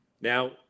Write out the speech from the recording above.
Now